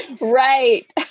Right